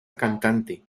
cantante